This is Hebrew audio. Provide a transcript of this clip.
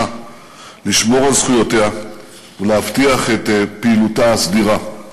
לשמור על זכויותיה ולהבטיח את פעילותה הסדירה.